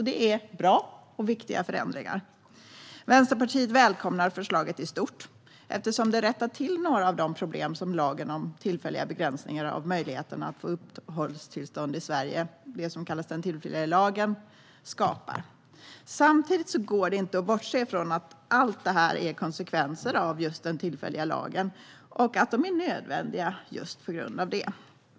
Det är bra och viktiga förändringar. Vänsterpartiet välkomnar förslaget i stort eftersom det rättar till några av de problem som lagen om tillfälliga begräsningar av möjligheten att få uppehållstillstånd i Sverige, som kallas den tillfälliga lagen, skapar. Samtidigt går det inte att bortse från att allt detta är konsekvenser av just den tillfälliga lagen och att ändringarna är nödvändiga just på grund av det.